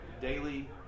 daily